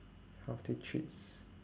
healthy treats